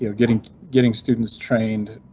you know getting getting students trained